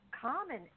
common